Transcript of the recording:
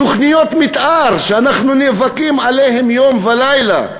תוכניות מתאר, שאנחנו נאבקים עליהן יום ולילה,